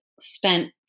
spent